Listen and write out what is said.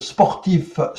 sportif